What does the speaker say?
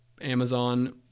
Amazon